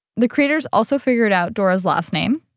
the creators also figured out dora's last name.